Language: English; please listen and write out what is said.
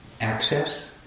access